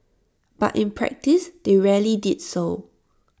but in practice they rarely did so